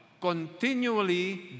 Continually